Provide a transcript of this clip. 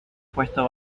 puesto